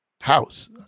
house